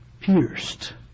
pierced